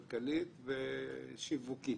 מחלקה כלכלית ומחלקת שווקים.